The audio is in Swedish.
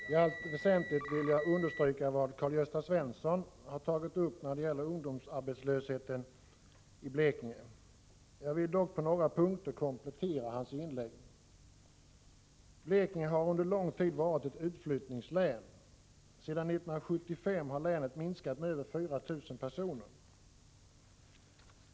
Herr talman! I allt väsentligt vill jag understryka det Karl-Gösta Svenson tagit upp när det gäller ungdomsarbetslösheten i Blekinge. Jag vill dock på några punkter komplettera hans inlägg. Blekinge har under lång tid varit ett utflyttningslän. Sedan 1975 har länet minskat med över 4 000 personer.